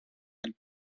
and